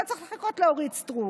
לא היה צריך לחכות לאורית סטרוק.